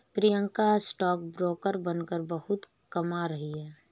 Priyanka stock broker बनकर बहुत कमा रही है